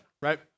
right